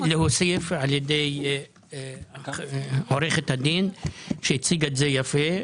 להוסיף על ידי עורכת הדין שהציגה את זה יפה,